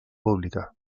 pública